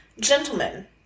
Gentlemen